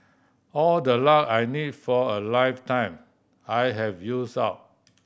all the luck I need for a lifetime I have used up